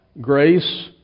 grace